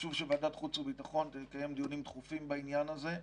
חשוב שוועדת חוץ וביטחון תקיים דיונים תכופים בעניין הזה.